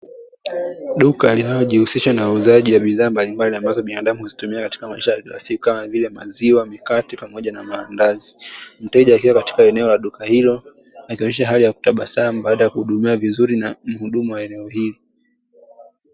Duka linalojihusisha na uuzaji wa bidhaa mbalimbali, ambazo binaadamu huzitumia katika maisha ya kila siku, kama vile maziwa, mikate pamoja na maandazi. Mteja akiwa katika eneo la duka hilo, akionyesha hali ya kutabasamu baada ya kuhudumiwa vizuri na mhudumu wa eneo hili.